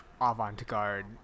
avant-garde